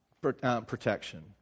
protection